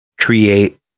create